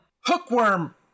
hookworm